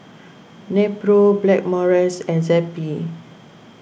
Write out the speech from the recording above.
Nepro Blackmores and Zappy